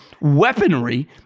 weaponry